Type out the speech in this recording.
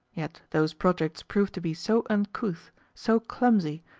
yet those projects proved to be so uncouth, so clumsy,